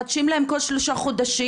מחדשים להם כל שלושה חודשים,